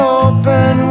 open